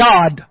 God